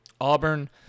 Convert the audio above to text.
Auburn